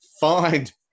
find